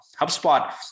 HubSpot